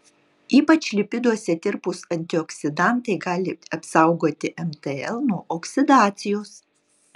ypač lipiduose tirpūs antioksidantai gali apsaugoti mtl nuo oksidacijos